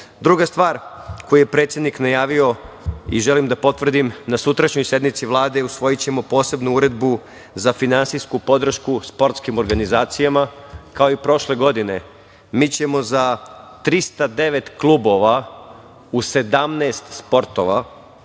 stvar koju je predsednik najavio i želim da potvrdim, na sutrašnjoj sednici Vlade usvojićemo posebnu uredbu za finansijsku podršku sportskim organizacijama, kao i prošle godine. Mi ćemo za 309 klubova u 17 sportova